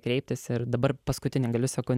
kreiptis ir dabar paskutinė galiu sekundę